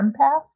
empath